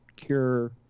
Cure